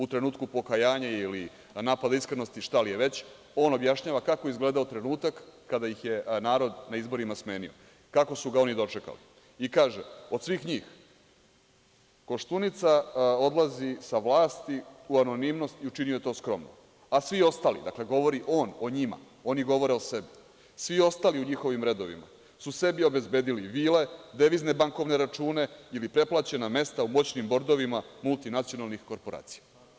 U trenutku pokajanja ili napada iskrenosti, šta li je već, on objašnjava kako je izgledao trenutak kada ih je narod na izborima smenio, kako su ga oni dočekali i kaže, od svih njih, Koštunica odlazi sa vlasti u anonimnost i učinio je to skromno, a svi ostali, dakle govori on o njima, oni govore o sebi, svi ostali u njihovim redovima su sebi obezbedili vile, devizne bankovne račune ili preplaćena mesta u moćnim bordovima multinacionalnih korporacija.